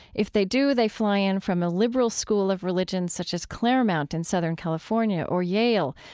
if they do, they fly in from a liberal school of religion such as claremont in southern california or yale,